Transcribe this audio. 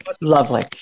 lovely